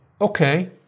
okay